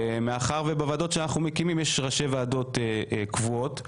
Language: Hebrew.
מאחר ובוועדות שאנחנו מקימים יש ראשי ועדות קבועות,